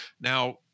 now